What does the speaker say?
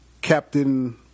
captain